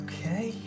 Okay